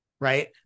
right